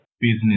business